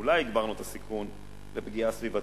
אולי הגברנו את הסיכון של פגיעה סביבתית,